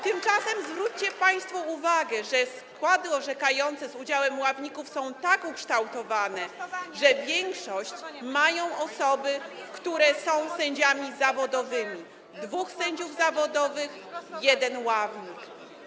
Tymczasem zwróćcie państwo uwagę, że składy orzekające z udziałem ławników są tak ukształtowane, że większość mają osoby, które są sędziami zawodowymi - dwóch sędziów zawodowych, jeden ławnik.